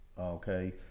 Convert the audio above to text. Okay